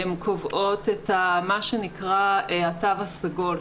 הן קובעות מה שנקרא "התו הסגול",